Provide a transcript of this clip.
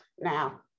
Now